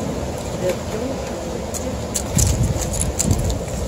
bet kiaušui vis tiek kliuvo kaip reikiant